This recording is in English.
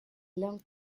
long